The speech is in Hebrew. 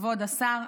כבוד השר,